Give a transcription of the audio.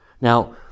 Now